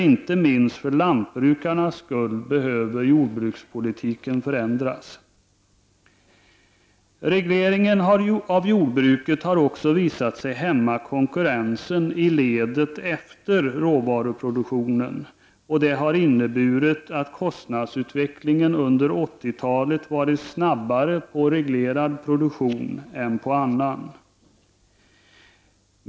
Inte minst för lantbrukarnas skull behöver således jordbrukspolitiken förändras. Regleringen av jordbruket har också visat sig hämma konkurrensen i leden efter råvaruproduktionen. Det har inneburit att kostnadsutvecklingen under 80-talet har varit snabbare på reglerad produktion än på annan.